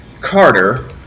Carter